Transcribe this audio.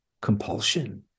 compulsion